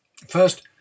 First